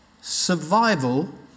survival